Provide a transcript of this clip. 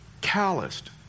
calloused